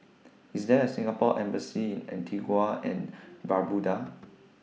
IS There A Singapore Embassy in Antigua and Barbuda